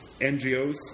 NGOs